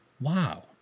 Wow